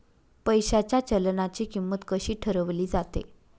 पैशाच्या चलनाची किंमत कशी ठरवली जाते